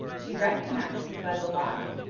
she recognised him by the lion,